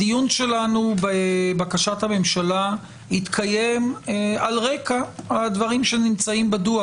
הדיון שלנו בבקשת הממשלה יתקיים על רקע הדברים שנמצאים בדוח,